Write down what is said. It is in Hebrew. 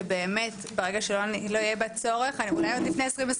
שברגע שלא יהיה בה צורך אולי עוד לפי 2027,